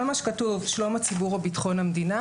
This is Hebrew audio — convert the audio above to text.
כל מה שכתוב שלום הציבור או ביטחון המדינה,